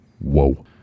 whoa